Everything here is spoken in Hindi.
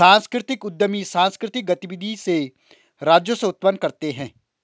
सांस्कृतिक उद्यमी सांकृतिक गतिविधि से राजस्व उत्पन्न करते हैं